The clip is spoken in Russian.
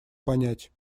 понять